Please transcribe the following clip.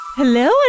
Hello